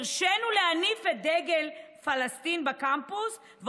הרשינו להניף את דגל פלסטין בקמפוס.